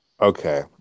Okay